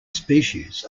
species